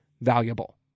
valuable